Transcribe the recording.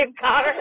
Connor